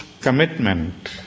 commitment